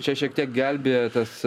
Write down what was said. čia šiek tiek gelbėja tas